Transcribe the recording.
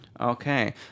Okay